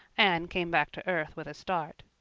anne came back to earth with a start.